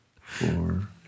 four